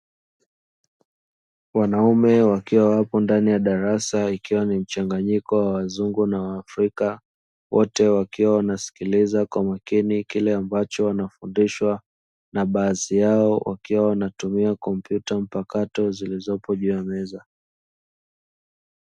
Wanaume wakiwa wapo ndani ya darasa ikiwa ni mchangayiko ya wazungu na waafrika, wote wakiwa wanasikiliza kwa makini kile ambacho wanafundishwa na baadhi wakiwa wanatumia kompyuta mpakato zilizopo juu ya meza.